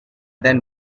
then